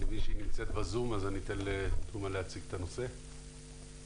נמצאת בזום ואתן לה להציג את הנושא.